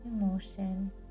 emotion